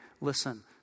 Listen